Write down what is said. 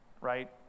right